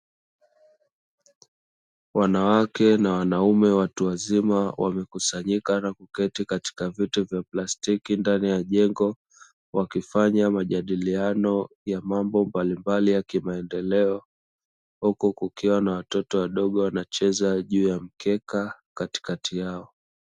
Wanawake na wanaume watu wazima wamekusanyika na kuketi katika viti vya plastiki ndani ya jengo. Wakifanya majadiliano ya mambo mbalimbali ya kimaendeleo, huku kukiwa na watoto wadogo wanacheza juu ya mkeka katikati yao.